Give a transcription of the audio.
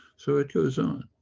so it goes on.